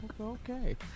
Okay